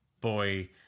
boy